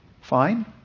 Fine